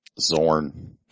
Zorn